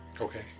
Okay